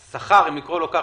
השכר אם לקרוא לו כך,